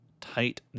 tight